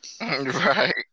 Right